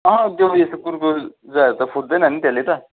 त्यो यस्तो कुर्कुच्चाहरू त फुट्दैन नि त्यसले त